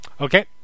Okay